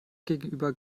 gegenüber